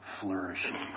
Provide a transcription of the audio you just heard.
flourishing